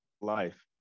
life